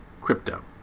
crypto